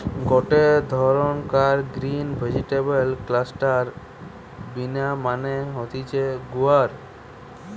গটে ধরণকার green vegetable cluster bean মানে হতিছে গুয়ার